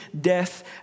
death